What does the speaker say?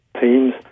teams